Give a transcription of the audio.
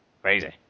Crazy